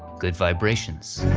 good vibrations.